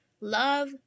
Love